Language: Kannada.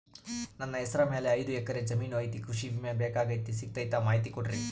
ನನ್ನ ಹೆಸರ ಮ್ಯಾಲೆ ಐದು ಎಕರೆ ಜಮೇನು ಐತಿ ಕೃಷಿ ವಿಮೆ ಬೇಕಾಗೈತಿ ಸಿಗ್ತೈತಾ ಮಾಹಿತಿ ಕೊಡ್ರಿ?